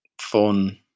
fun